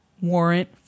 warrant